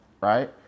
right